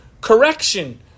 correction